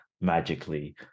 magically